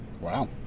Wow